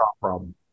problem